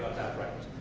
that right.